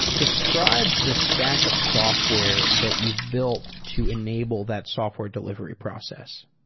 describe the stack of software that you've built to enable that software delivery process.